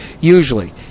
usually